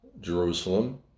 Jerusalem